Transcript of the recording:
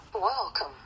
Welcome